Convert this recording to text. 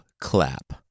clap